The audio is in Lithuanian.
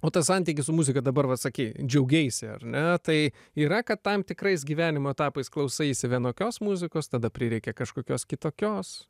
o tas santykis su muzika dabar va sakei džiaugeisi ar ne tai yra kad tam tikrais gyvenimo etapais klausaisi vienokios muzikos tada prireikia kažkokios kitokios